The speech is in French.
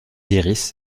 iris